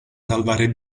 salvare